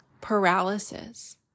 paralysis